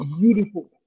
beautiful